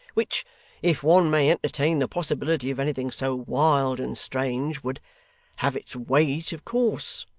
which if one may entertain the possibility of anything so wild and strange would have its weight, of course